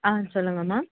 ஆ சொல்லுங்கம்மா